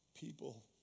people